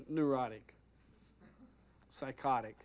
neurotic psychotic